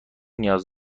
نیاز